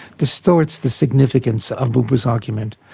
distorts the significance of buber's argument.